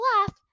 laugh